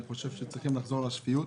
אני חושב שצריכים לחזור לשפיות.